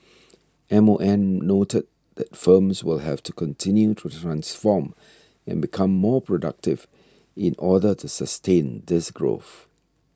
M O M noted that firms will have to continue to transform and become more productive in order to sustain this growth